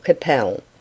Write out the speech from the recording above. Capel